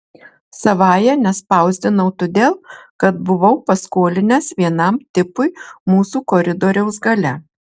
savąja nespausdinau todėl kad buvau paskolinęs vienam tipui mūsų koridoriaus gale